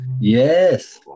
Yes